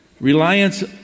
Reliance